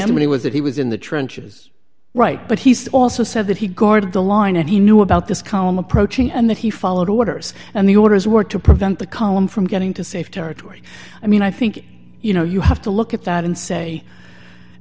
generally was that he was in the trenches right but he's also said that he guarded the line and he knew about this column approaching and that he followed orders and the orders were to prevent the column from getting to safe territory i mean i think you know you have to look at that and say